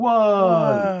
one